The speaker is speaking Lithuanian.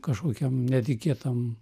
kažkokiam netikėtam